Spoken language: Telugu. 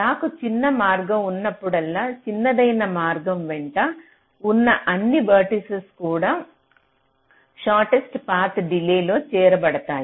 నాకు చిన్న మార్గం ఉన్నప్పుడల్లా చిన్నదైన మార్గం వెంట ఉన్న అన్ని వెర్టిసిస్ కూడా షార్ట్టెస్ట్ పాత్ డిలే లో చేర్చబడతాయి